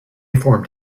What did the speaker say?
formed